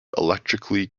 electrically